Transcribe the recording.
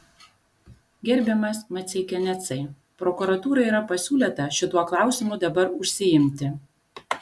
gerbiamas maceikianecai prokuratūrai yra pasiūlyta šituo klausimu dabar užsiimti